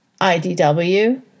IDW